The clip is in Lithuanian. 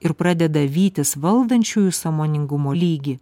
ir pradeda vytis valdančiųjų sąmoningumo lygį